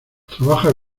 trabaja